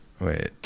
Wait